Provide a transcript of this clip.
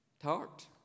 talked